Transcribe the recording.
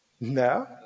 No